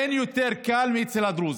אין יותר קל מאצל הדרוזים.